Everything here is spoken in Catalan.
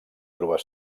trobar